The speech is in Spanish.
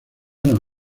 nos